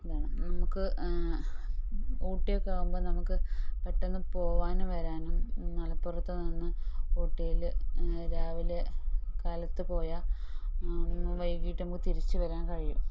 ഇതാണ് നമുക്ക് ഊട്ടിയൊക്കെ ആകുമ്പോൾ നമുക്ക് പെട്ടന്ന് പോകാനും വരാനും മലപ്പുറത്തു നിന്ന് ഊട്ടിയില് രാവിലെ കാലത്ത് പോയാൽ വൈകിട്ടാകുമ്പോൾ തിരിച്ച് വരാൻ കഴിയും